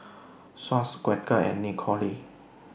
Swatch Quaker and Nicorette